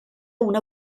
una